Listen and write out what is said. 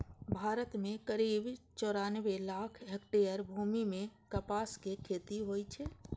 भारत मे करीब चौरानबे लाख हेक्टेयर भूमि मे कपासक खेती होइ छै